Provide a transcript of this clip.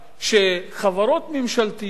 שחברות ממשלתיות,